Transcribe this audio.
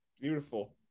Beautiful